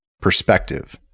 perspective